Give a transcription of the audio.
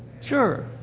Sure